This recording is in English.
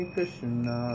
Krishna